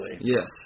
Yes